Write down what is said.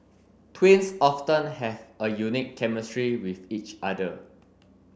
twins often have a unique chemistry with each other